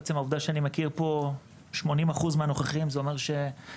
עצם העובדה שאני מכיר פה 80% מהנוכחים זה אומר שאנחנו